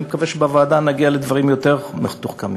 אני מקווה שבוועדה נגיע לדברים יותר מתוחכמים.